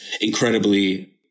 incredibly